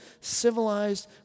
civilized